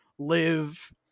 Live